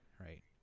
right